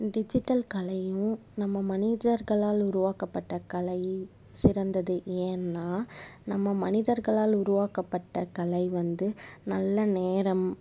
digital கலையும் நம்ம மனிதர்களால் உருவாக்கப்பட்ட கலை சிறந்தது ஏன்னால் நம்ம மனிதர்களால் உருவாக்கப்பட்ட கலை வந்து நல்ல நேரம்